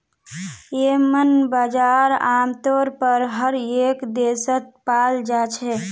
येम्मन बजार आमतौर पर हर एक देशत पाल जा छे